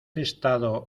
estado